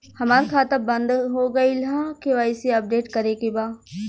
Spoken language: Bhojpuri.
हमार खाता बंद हो गईल ह के.वाइ.सी अपडेट करे के बा?